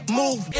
move